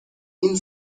این